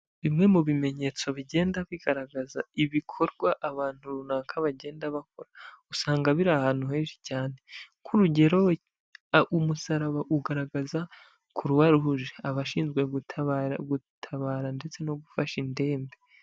Bimwe mu bimenyetso bigenda bigaragaza ibikorwa abantu runaka bagenda bakora, usanga biri ahantu henshi cyane, nk'urugero umusaraba ugaragaza kuruwa ruje, abashinzwe gutabara, gutabara ndetse no gufasha indembe.